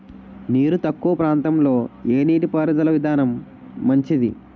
నీరు తక్కువ ప్రాంతంలో ఏ నీటిపారుదల విధానం మంచిది?